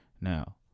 Now